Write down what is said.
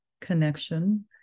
Connection